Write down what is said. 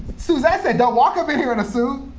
suezette said, don't walk up in here in a suit.